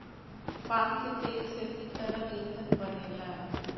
palm के तेल से भी तरल ईंधन बनेला